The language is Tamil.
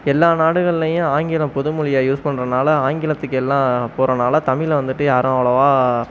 எல்லா நாடுகள்லேயும் ஆங்கிலம் புது மொழியாக யூஸ் பண்றதுனால் ஆங்கிலத்துக்கு எல்லாம் போறனால் தமிழை வந்துட்டு யாரும் அவ்வளோவா